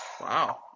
Wow